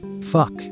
Fuck